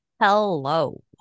Hello